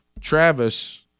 Travis